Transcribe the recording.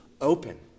open